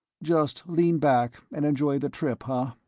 just lean back and enjoy the trip, huh?